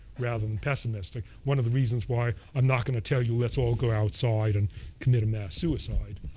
rather than pessimistic, one of the reasons why i'm not going to tell you let's all go outside and commit a mass suicide,